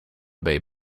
bay